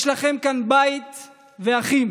יש לכם כאן בית ואחים